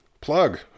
plug